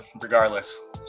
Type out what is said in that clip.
regardless